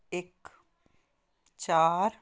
ਇੱਕ ਚਾਰ